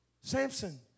Samson